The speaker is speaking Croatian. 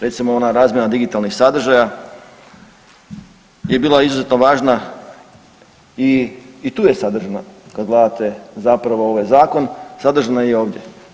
Recimo ona razmjena digitalnih sadržaja je bila izuzetno važna i, i tu je sadržana kad gledate zapravo ovaj zakon sadržana je i ovdje.